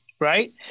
right